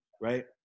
right